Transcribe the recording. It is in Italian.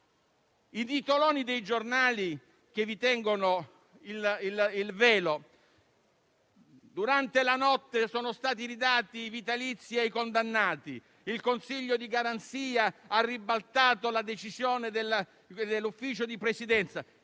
I titoloni dei giornali che vi tengono il velo: durante la notte sono stati ridati i vitalizi ai condannati; il Consiglio di garanzia ha ribaltato la decisione del Consiglio di Presidenza.